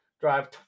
drive